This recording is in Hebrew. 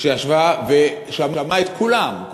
שישבה ושמעה את כולם,